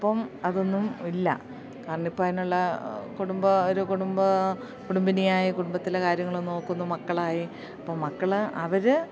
ഇപ്പം അതൊന്നും ഇല്ല കാരണം ഇപ്പം അതിനുള്ള കുടുംബ ഒരു കുടുംബ കുടുംബിനിയായി കുടുംബത്തിലെ കാര്യങ്ങൾ നോക്കുന്നു മക്കളായി അപ്പം മക്കൾ അവർ